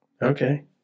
Okay